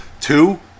Two